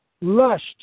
Lust